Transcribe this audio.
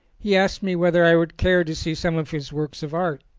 he asked me whether i would care to see some of his works of art.